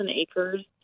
acres